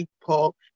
people